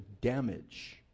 damage